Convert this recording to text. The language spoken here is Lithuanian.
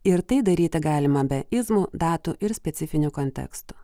ir tai daryti galima be izmų datų ir specifinių kontekstų